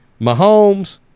Mahomes